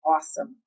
Awesome